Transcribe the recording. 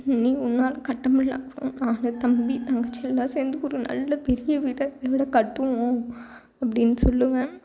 நீ உன்னால் கட்டமுடியலனா கூட நான் தம்பி தங்கச்சிலாம் சேர்ந்து ஒரு நல்ல பெரிய வீடாக இதை விட கட்டுவோம் அப்படின்னு சொல்வேன்